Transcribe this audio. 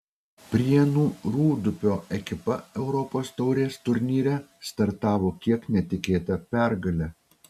prienų rūdupio ekipa europos taurės turnyre startavo kiek netikėta pergale